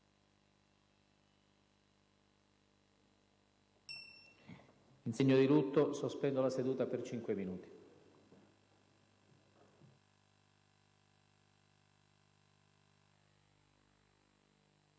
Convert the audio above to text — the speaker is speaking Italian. In segno di lutto, sospendo la seduta per cinque minuti.